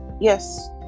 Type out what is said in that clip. yes